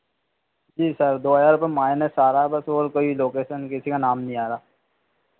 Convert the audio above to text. जी sir दो हजार रुपये माइनस आ रहा बस और कोई लोकेशन किसी का नाम नहीं आ रहा